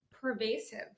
pervasive